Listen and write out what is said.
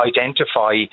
identify